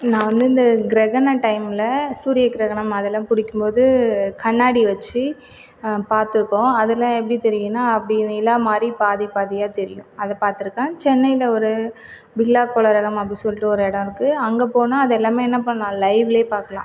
நான் வந்து இந்த கிரகணம் டைமில் சூரிய கிரகணம் அதுலாம் பிடிக்கும்போது கண்ணாடி வச்சி பார்த்துருக்கோம் அதில் எப்படி தெரியும்னா அப்படி நிலா மாதிரி பாதி பாதியா தெரியும் அதை பார்த்துருக்கேன் சென்னையில் ஒரு பிர்லா கோளரங்கம் அப்படி சொல்லிட்டு ஒரு இடோ இருக்குது அங்கே போனால் அது எல்லாமே என்ன பண்ணலாம் லைவ்லே பார்க்கலாம்